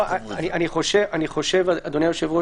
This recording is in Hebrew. זה עניין משפטי.